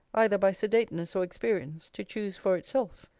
either by sedateness or experience, to choose for itself.